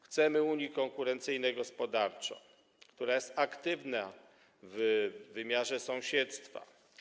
Chcemy Unii konkurencyjnej gospodarczo, która jest aktywna w wymiarze sąsiedztwa.